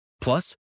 Plus